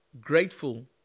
grateful